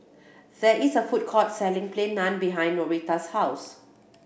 there is a food court selling Plain Naan behind Norita's house